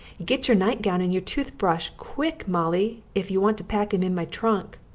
git your night-gown and your tooth-bresh quick, molly, if you want to pack em in my trunk!